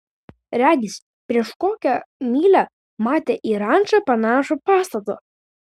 regis prieš kokią mylią matė į rančą panašų pastatą